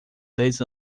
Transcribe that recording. dez